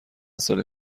سال